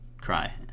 cry